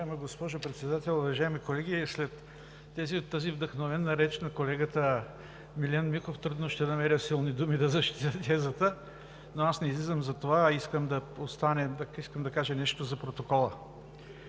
Уважаема госпожо Председател, уважаеми колеги! След тази вдъхновена реч на колегата Милен Михов трудно ще намеря силни думи да защитя тезата, но аз не излизам за това, а искам да кажа нещо за протокола.